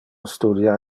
studia